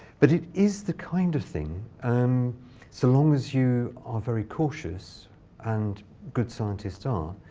but it is the kind of thing, um so long as you are very cautious and good scientists are